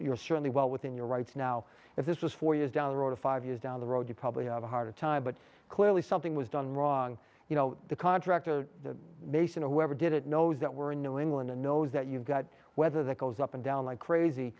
you're certainly well within your rights now if this was four years down the road five years down the road you probably have a harder time but clearly something was done wrong you know the contractor mason whoever did it knows that we're in new england and knows that you've got weather that goes up and down like crazy